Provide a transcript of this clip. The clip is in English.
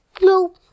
No